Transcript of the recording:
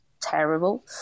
terrible